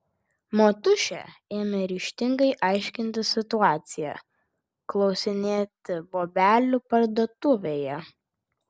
motušė ėmė ryžtingai aiškintis situaciją klausinėti bobelių parduotuvėje